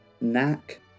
knack